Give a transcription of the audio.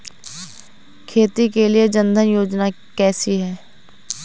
खेती के लिए जन धन योजना कैसी है?